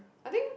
I think